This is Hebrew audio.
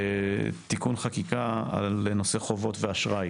לגבי תיקון חקיקה לנושא חובות ואשראי,